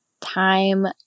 time